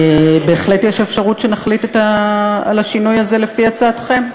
בהחלט יש אפשרות שנחליט על השינוי הזה לפי הצעתכם.